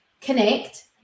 connect